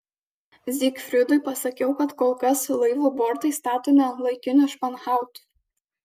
zygfridui pasakiau kad kol kas laivo bortai statomi ant laikinų španhautų